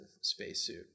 spacesuit